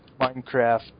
Minecraft